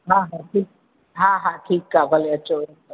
हा हा ठीकु हा हा ठीकु आहे भले अचो